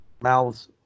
mouths